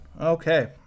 Okay